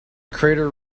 crater